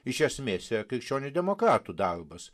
iš esmės yra krikščionių demokratų darbas